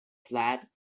flat